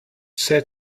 set